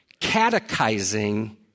catechizing